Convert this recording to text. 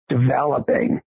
developing